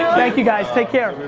thank you, guys, take care.